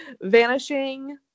Vanishing